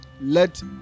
let